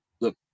look